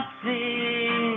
see